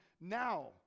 now